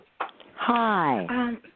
Hi